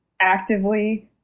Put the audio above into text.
actively